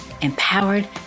empowered